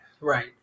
Right